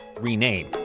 rename